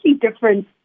different